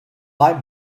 like